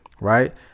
right